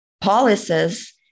policies